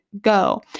go